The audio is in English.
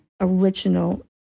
original